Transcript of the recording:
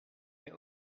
mais